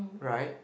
right